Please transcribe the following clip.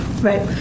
Right